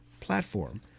platform